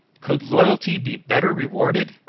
could loyalty be better rewarded?